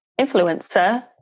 influencer